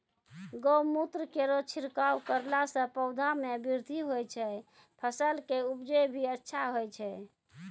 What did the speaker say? गौमूत्र केरो छिड़काव करला से पौधा मे बृद्धि होय छै फसल के उपजे भी अच्छा होय छै?